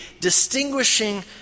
distinguishing